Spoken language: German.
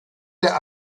der